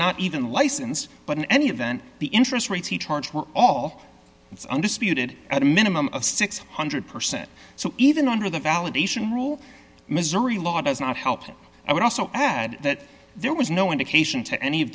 not even license but in any event the interest rates he charged were all undisputed at a minimum of six hundred percent so even under the validation rule missouri law does not help it i would also add that there was no indication to any of